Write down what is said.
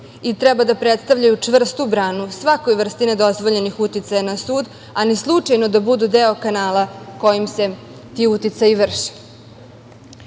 i treba da predstavljaju čvrstu branu svakoj vrsti nedozvoljenih uticaja na sud, a ni slučajno da budu deo kanala kojim se ti uticaji vrše. Mi